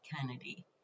Kennedy